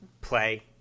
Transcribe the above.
play